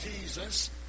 Jesus